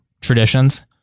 traditions